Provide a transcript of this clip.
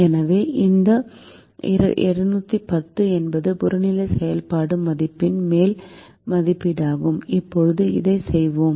எனவே இந்த 210 என்பது புறநிலை செயல்பாடு மதிப்பின் மேல் மதிப்பீடாகும் இப்போது இதைச் செய்வோம்